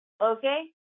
Okay